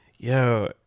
Yo